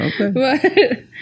Okay